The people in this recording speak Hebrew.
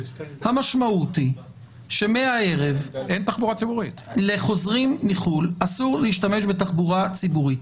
המשמעות היא שמהערב לחוזרים מחו"ל אסור להשתמש בתחבורה ציבורית.